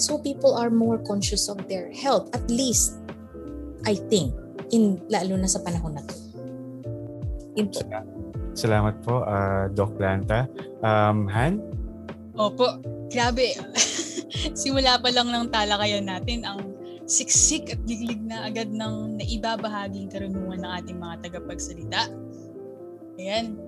So people are more conscious of their health, at least, I think, in- lalo na sa panahon na to. Yun po. Sa- salamat po, uh, Doc Planta. Um, Han? Opo. Grabe. Simula pa lang ng talakayan natin, ang siksik at liglig na agad ng naibabahaging karunungan ng ating mga tagapagsalita. Ayan.